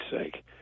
sake